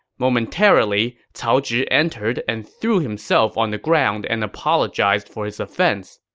momentarily, cao zhi entered and threw himself on the ground and apologized for his offense.